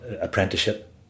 apprenticeship